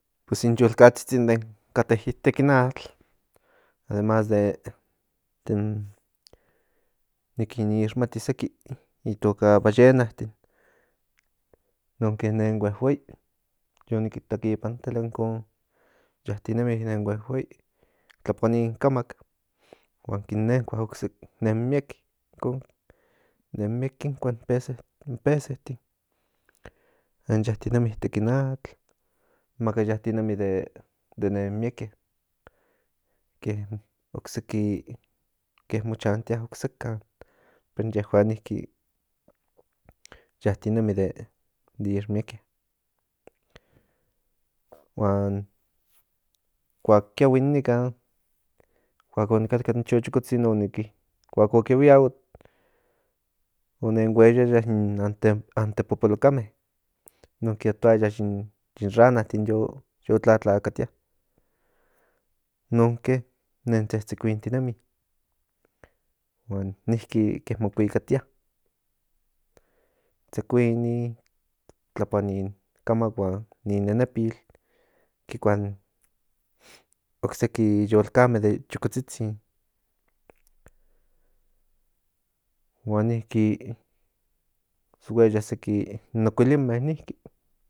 Pues in yolkatsitsin den kate itek in atl demás den i ni kin ixmati seki itoka ballenatin nonke nen huehuei yo nik kiitak ipan tele inkon yatinemi nen huehuei tlapoa nin kamak huan kin nenkua ocseki nen miek incon nen miek kinkua in michin yatinemi itek in atl maka yatinemi de nen mieke le ocseki mo chantia oksekan pero in yehuan niki yatinemi de ixmieke huan kuak kiahui nikan kuak o ni katka ni chochokotzin kuak o kiahuia o nen hueyaya in antepopolokame in nonke ot tocaya yin ranatin yo tlatlakatia nonke nen tsetsekuintinemi huan niki ke mo kuikatia tsekuini tlapoa nin kamak huan ni nenepil kikua ocseki yolkame de chokotzitzin huan niki hueya seki ocuilinme niki in